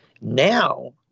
Now